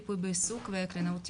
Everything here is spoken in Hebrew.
ריפוי בעיסוק וקלינאות תקשורת.